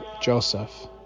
Joseph